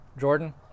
Jordan